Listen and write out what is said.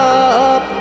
up